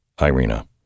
Irina